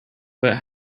but